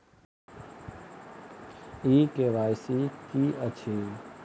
ई KYC की अछि?